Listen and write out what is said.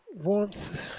Warmth